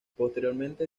posteriormente